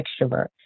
extrovert